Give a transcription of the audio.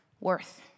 Worth